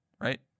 right